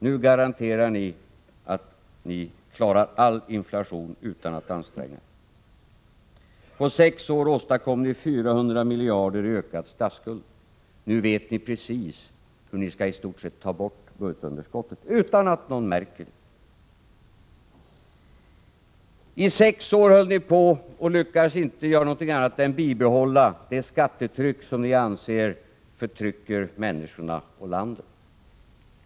Nu garanterar ni att ni klarar att få ned inflationen helt utan att anstränga er. På sex år åstadkom ni 400 miljarder i ökad statsskuld. Nu vet ni precis hur ni skall göra för att i stort sett ta bort budgetunderskottet utan att någon märker det. Under era sex år lyckades ni inte göra något annat än bibehålla de skatter som ni anser förtrycker människorna och landet.